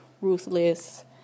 ruthless